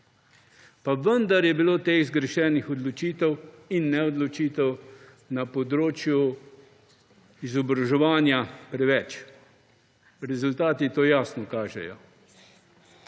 Pa vendar je bilo teh zgrešenih odločitev in neodločitev na področju izobraževanja preveč. Rezultati to jasno kažejo.